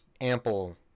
ample